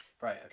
right